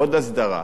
עוד הסדרה.